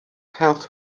health